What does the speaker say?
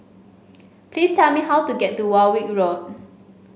please tell me how to get to Warwick Road